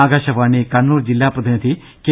ആകാശവാണി കണ്ണൂർ ജില്ലാ പ്രതിനിധി കെ